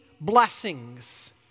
blessings